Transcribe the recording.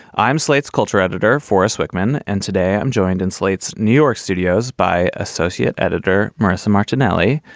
i'm slate's culture editor for us wickman. and today, i'm joined in slate's new york studios by associate editor marisa martinelli.